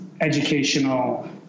educational